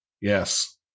Yes